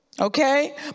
Okay